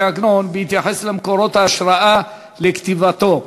עגנון בהתייחס למקורות ההשראה לכתיבתו,